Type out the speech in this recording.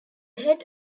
head